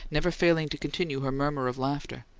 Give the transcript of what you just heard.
never failing to continue her murmur of laughter.